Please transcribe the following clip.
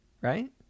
right